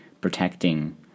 protecting